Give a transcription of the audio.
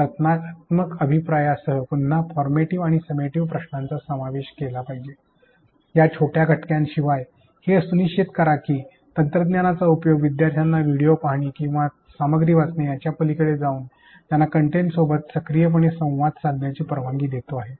रचनात्मक अभिप्रायांसह पुन्हा फॉर्मटीईव्ह आणि समेटिव्ह प्रश्नांचा समावेश केला पाहिजे या छोट्या घटकांच्या शिवाय हे सुनिश्चित करा की तंत्रज्ञानाचा उपयोग विद्यार्थ्यांना व्हिडिओ पाहणे किंवा सामग्री वाचणे यांच्या पलीकडे जाऊन त्यांना कंटेंट सोबत सक्रियपणे संवाद साधण्याची परवानगी देतो आहे